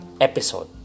episode